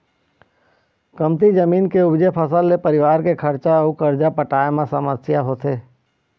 कमती जमीन के उपजे फसल ले परिवार के खरचा अउ करजा पटाए म समस्या होथे